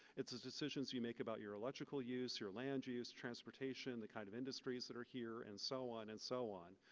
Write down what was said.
it's the decisions you make about your electrical use, your land use, transportation, the kind of industries that are here, and so on. and so on.